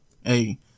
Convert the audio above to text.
hey